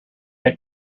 had